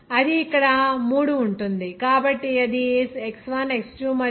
అది ఇక్కడ మూడు ఉంటుంది కాబట్టి ఇక్కడ X1 X2 మరియు